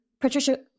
Patricia